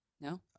No